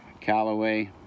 Callaway